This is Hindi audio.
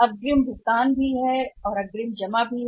और हमारे पास अग्रिम जमा भी है या अग्रिम भुगतान भी